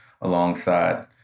alongside